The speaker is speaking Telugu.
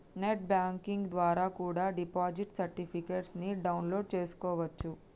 నెట్ బాంకింగ్ ద్వారా కూడా డిపాజిట్ సర్టిఫికెట్స్ ని డౌన్ లోడ్ చేస్కోవచ్చు